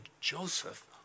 Joseph